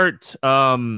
start